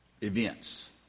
events